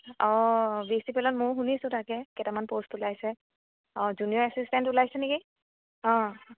অ' B C P L ত মইও শুনিছোঁ তাকে কেইটামান পোষ্ট ওলাইছে অ' জুনিয়ৰ এছিছটেণ্ট ওলাইছে নেকি অ'